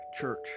Church